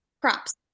props